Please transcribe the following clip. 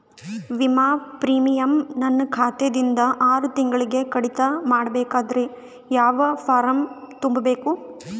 ವಿಮಾ ಪ್ರೀಮಿಯಂ ನನ್ನ ಖಾತಾ ದಿಂದ ಆರು ತಿಂಗಳಗೆ ಕಡಿತ ಮಾಡಬೇಕಾದರೆ ಯಾವ ಫಾರಂ ತುಂಬಬೇಕು?